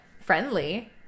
friendly